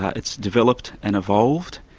ah it's developed and evolved,